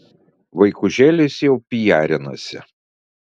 vaikužėlis jau pijarinasi